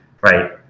right